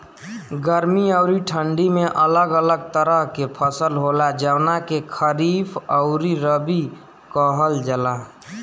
गर्मी अउरी ठंडी में अलग अलग तरह के फसल होला, जवना के खरीफ अउरी रबी कहल जला